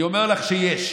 אני אומר לך שיש,